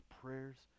prayers